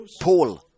Paul